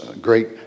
great